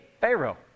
Pharaoh